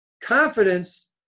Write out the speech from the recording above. confidence